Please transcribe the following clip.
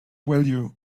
value